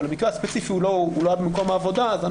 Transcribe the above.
אבל המקרה הספציפי לא היה במקום העבודה אז אני